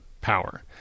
power